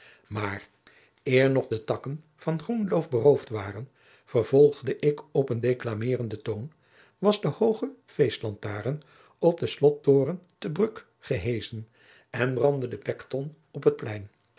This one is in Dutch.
maar eer nog de takken van groen loof beroofd waren vervolgde ik op een declameerenden toon was de hooge feestlantaren op den slottoren te bruck geheeschen en brandde de pekton op het plein